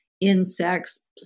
insects